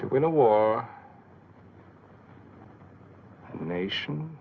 to win a war nation